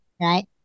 Right